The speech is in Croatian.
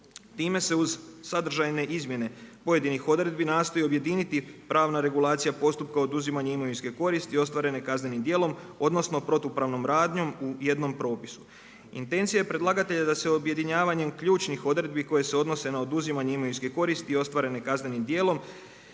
Time se uz sadržajne izmjene pojedinih odredbi nastoji objediniti pravna regulacija postupka oduzimanja imovinske koristi ostvarene kaznenim djelom odnosno protupravnom radnjom u jednom propisu. Intencija je predlagatelja da se objedinjavanjem ključnih odredbi koje se odnose na oduzimanje imovinske koristi ostvarene kaznenim djelom